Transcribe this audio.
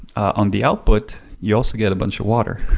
on the output you also get a bunch of water.